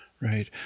right